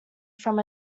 from